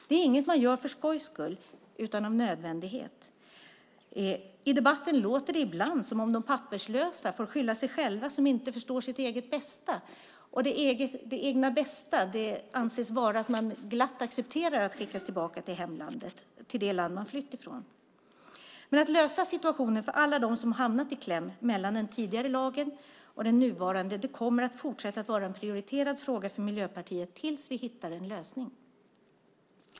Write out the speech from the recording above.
Det är inget man gör för skojs skull, utan av nödvändighet. I debatten låter det ibland som om de papperslösa får skylla sig själva som inte förstår sitt eget bästa. Det egna bästa anses vara att glatt acceptera att skickas tillbaka till det land man har flytt ifrån. Att lösa situationen för alla dem som hamnat i kläm mellan den tidigare lagen och den nuvarande kommer att fortsätta vara en prioriterad fråga för Miljöpartiet tills vi hittar en lösning.